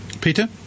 Peter